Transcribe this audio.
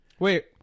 Wait